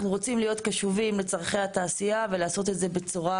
רוצים להיות קשובים לצרכי התעשייה ולעשות את זה בצורה